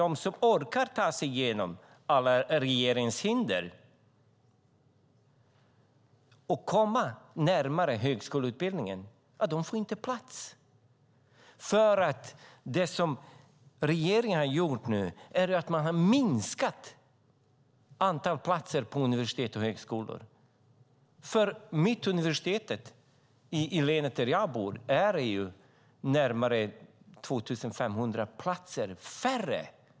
De som orkar ta sig igenom alla regeringens hinder och komma närmare en högskoleutbildning får ingen plats. Regeringen har minskat antalet platser på universitet och högskolor. För Mittuniversitetet i det län där jag bor handlar det om närmare 2 500 platser färre.